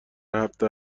هفته